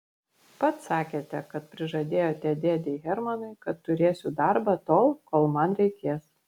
pats sakėte kad prižadėjote dėdei hermanui kad turėsiu darbą tol kol man reikės